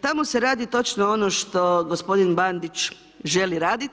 Tamo se radi točno ono što gospodin Bandić želi radit,